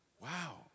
Wow